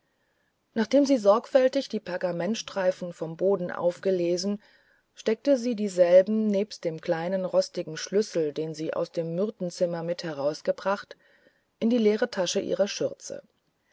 nachdem sie sorgfältig die pergamentstreifchen vom boden aufgelesen steckte sie dieselben nebst dem kleinen rostigen schlüssel den sie aus dem myrtenzimmer mit herausgebracht in die leere tasche ihrer schürze